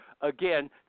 Again